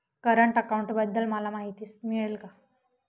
Current अकाउंटबद्दल मला माहिती मिळेल का?